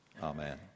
Amen